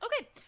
okay